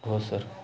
हो सर